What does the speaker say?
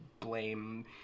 blame